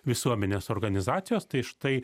visuomenės organizacijos tai štai